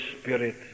Spirit